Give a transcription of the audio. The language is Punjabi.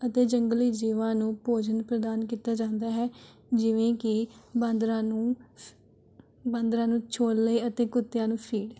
ਅਤੇ ਜੰਗਲੀ ਜੀਵਾਂ ਨੂੰ ਭੋਜਨ ਪ੍ਰਦਾਨ ਕੀਤਾ ਜਾਂਦਾ ਹੈ ਜਿਵੇਂ ਕਿ ਬਾਂਦਰਾਂ ਨੂੰ ਬਾਂਦਰਾਂ ਨੂੰ ਛੋਲੇ ਅਤੇ ਕੁੱਤਿਆਂ ਨੂੰ ਫੀਡ